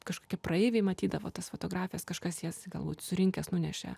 kažkokie praeiviai matydavo tas fotografijas kažkas jas galbūt surinkęs nunešė